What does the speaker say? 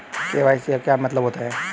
KYC का क्या मतलब होता है?